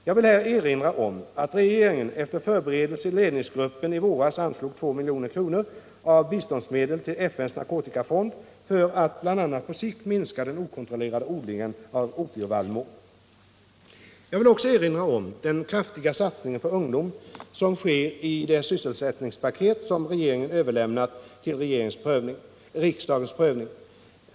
Jag vill här erinra om att regeringen, efter förberedelser i ledningsgruppen, i våras anslog 2 milj.kr. av biståndsmedel till FN:s narkotikafond för att bl.a. på sikt minska den okontrollerade odlingen av opievallmo. Jag vill också erinra om den kraftiga satsning på ungdomen som sker i det sysselsättningspaket som regeringen överlämnat till riksdagens prövning.